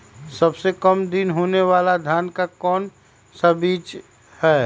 सबसे काम दिन होने वाला धान का कौन सा बीज हैँ?